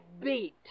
beat